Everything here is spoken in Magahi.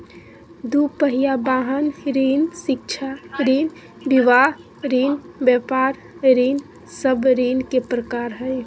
दू पहिया वाहन ऋण, शिक्षा ऋण, विवाह ऋण, व्यापार ऋण सब ऋण के प्रकार हइ